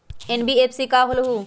NBFC का होलहु?